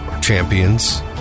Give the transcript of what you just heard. champions